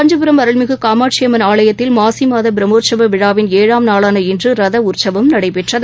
காஞ்சிபுரம் அருள்மிகுகாமாட்சியம்மன் ஆலயத்தில் மாசிமாதபிரம்மோற்சவவிழாவின் ஏழாம் நாளான இன்றரதஉற்சவம் நடைபெற்றது